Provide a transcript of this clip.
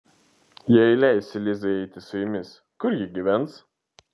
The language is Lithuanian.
jei leisiu lizai eiti su jumis kur ji gyvens